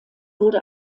wurde